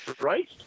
right